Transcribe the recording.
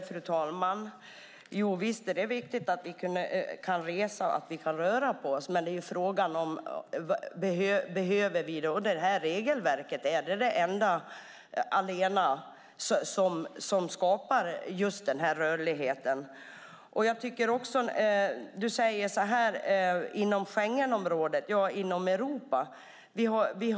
Fru talman! Visst är det viktigt att vi kan resa och röra på oss. Men frågan är om vi behöver detta regelverk. Är det detta som allena skapar denna rörlighet? Du talar om Schengenområdet och Europa.